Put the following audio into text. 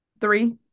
Three